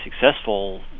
successful